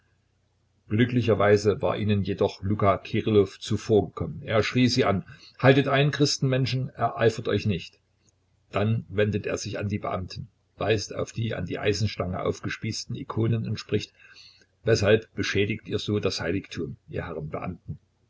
glücklicherweise war ihnen jedoch luka kirillow zuvorgekommen er schrie sie an haltet ein christenmenschen ereifert euch nicht dann wendet er sich an die beamten weist auf die an die eisenstange aufgespießten ikonen und spricht weshalb beschädigt ihr so das heiligtum ihr herren beamten